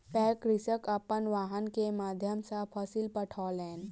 पैघ कृषक अपन वाहन के माध्यम सॅ फसिल पठौलैन